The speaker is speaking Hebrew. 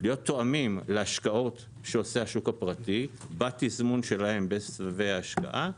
להיות תואמים להשקעות שעושה השוק הפרטי בתזמון שלהם בסבבי ההשקעה,